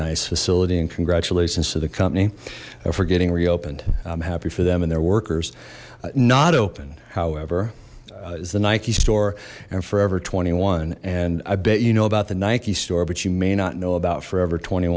nice facility and congratulations to the company for getting reopened i'm happy for them and their workers not open however is the nike store and forever twenty one and i bet you know about the nike store but you may not know about forever twenty